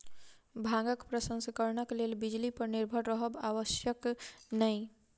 भांगक प्रसंस्करणक लेल बिजली पर निर्भर रहब आवश्यक नै